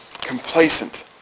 Complacent